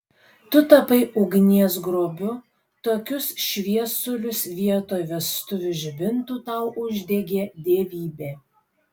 tu tapai ugnies grobiu tokius šviesulius vietoj vestuvių žibintų tau uždegė dievybė